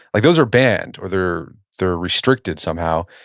like those are banned or they're they're restricted somehow.